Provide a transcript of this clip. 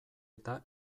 eta